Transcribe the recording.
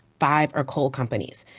five are coal companies.